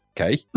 Okay